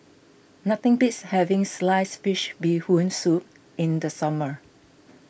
nothing beats having Sliced Fish Bee Hoon Soup in the summer